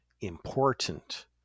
important